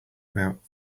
about